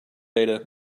data